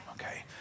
Okay